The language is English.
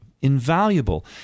invaluable